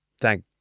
thank